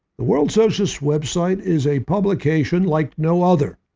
the world socialist web site is a publication like no other.